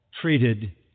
treated